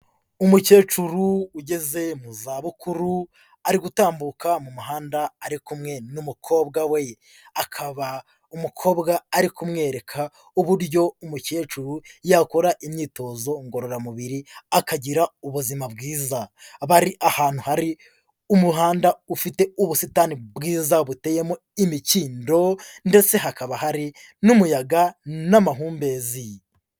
Umukecuru ugeze mu za bukuru, ari gutambuka mu muhanda ari kumwe n'umukobwa we. Akaba umukobwa ari kumwereka uburyo umukecuru yakora imyitozo ngororamubiri akagira ubuzima bwiza. Bari ahantu hari umuhanda ufite ubusitani bwiza buteyemo imikindo ndetse hakaba hari n'umuyaga n'amahumbezi.